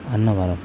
Annavaram